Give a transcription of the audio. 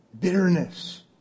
bitterness